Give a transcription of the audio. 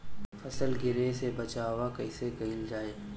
फसल गिरे से बचावा कैईसे कईल जाई?